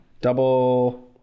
double